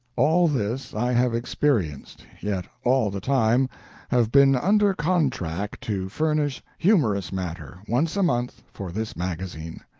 all this i have experienced, yet all the time have been under contract to furnish humorous matter, once a month, for this magazine.